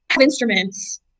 instruments